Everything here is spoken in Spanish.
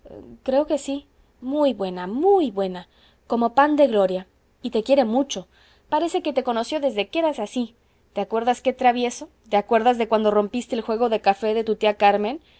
creo que sí muy buena muy buena cómo un pan de gloria y te quiere mucho parece que te conoció desde que eras así te acuerdas qué travieso te acuerdas de cuando rompiste el juego de café de tu tía carmen